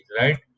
right